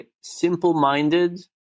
simple-minded